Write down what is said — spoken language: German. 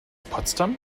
potsdam